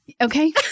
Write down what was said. Okay